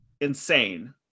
insane